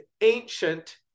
ancient